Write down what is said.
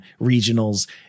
regionals